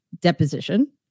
deposition